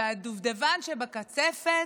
והדובדבן שבקצפת,